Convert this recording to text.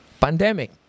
pandemic